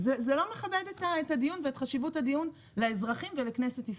זה לא מכבד את הדיון ואת החשיבות שלו לאזרחים ולכנסת.